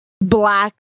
black